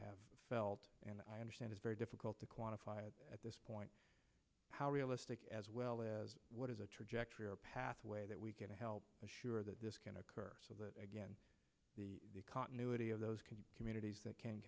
have felt and i understand it's very difficult to quantify it at this point how realistic as well as what is a trajectory or a pathway that we can help assure that this can occur so that again the continuity of those communities that can